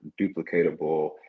duplicatable